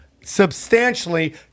substantially